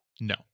No